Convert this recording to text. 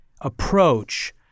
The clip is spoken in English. approach